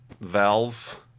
Valve